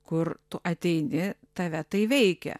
kur tu ateini tave tai veikia